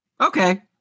okay